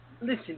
Listen